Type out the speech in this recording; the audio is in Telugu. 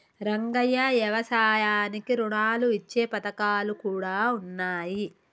రంగయ్య యవసాయానికి రుణాలు ఇచ్చే పథకాలు కూడా ఉన్నాయి